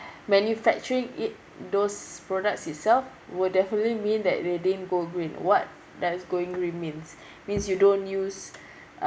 manufacturing it those products itself will definitely mean that they didn't go green what does going green means means you don't use uh